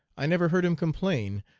i never heard him complain,